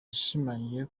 yashimangiye